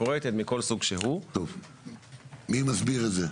שבאמת טובה ומתפקדת כראוי והיא לא מוסמכת.